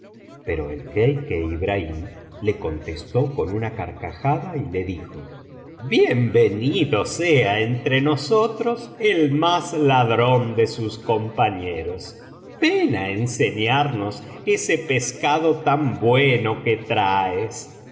pero el jeique ibrahim le contestó con una carcajada y le dijo bien venido sea entre nosotros el más ladrón de sus compañeros ven á enseñarnos ese pescado tan bueno que traes y